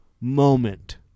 moment